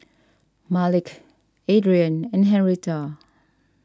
Malik Adriene and Henretta